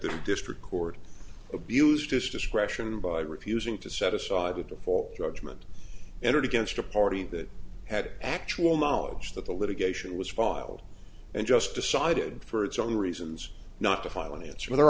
the district court abused his discretion by refusing to set aside a default judgment entered against a party that had actual knowledge that the litigation was filed and just decided for its own reasons not to file an answer but there